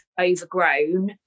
overgrown